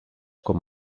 com